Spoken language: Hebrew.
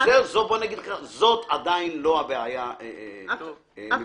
זאת עדיין לא הבעיה מבחינתי.